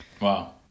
Wow